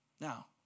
Now